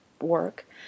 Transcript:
work